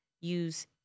use